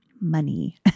money